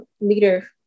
leader